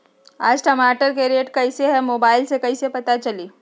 आज टमाटर के रेट कईसे हैं मोबाईल से कईसे पता चली?